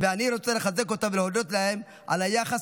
ואני רוצה לחזק אותם ולהודות להם על היחס